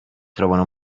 trovano